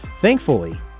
Thankfully